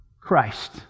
Christ